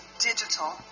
digital